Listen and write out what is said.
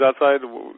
outside